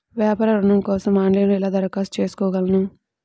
వ్యాపార ఋణం కోసం ఆన్లైన్లో ఎలా దరఖాస్తు చేసుకోగలను?